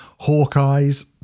Hawkeyes